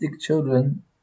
children